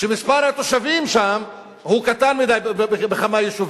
שמספר התושבים שם הוא קטן מדי, בכמה יישובים.